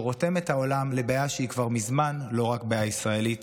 שרותם את העולם לבעיה שהיא כבר מזמן לא רק בעיה ישראלית.